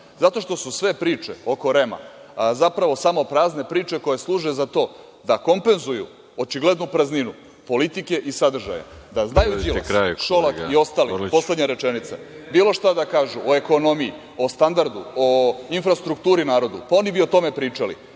Zato što su sve priče oko REM-a zapravo samo prazne priče koje služe za to da kompenzuju očiglednu prazninu politike i sadržaja. Da znaju Đilas, Šolak i ostali bilo šta da kažu o ekonomiji, o standardu, o infrastrukturi narodu, pa oni bi o tome pričali.